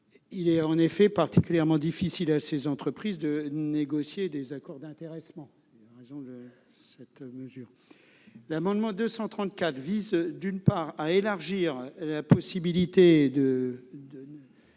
Il est en effet particulièrement difficile à ces entreprises de négocier des accords d'intéressement. L'amendement n° 234 rectifié vise, d'une part, à élargir aux entreprises de